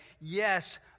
Yes